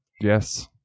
Yes